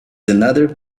another